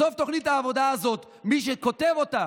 בסוף תוכנית העבודה הזאת, מי שכותב אותה,